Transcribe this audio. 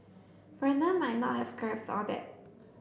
Brandon might not have grasped all that